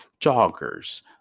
joggers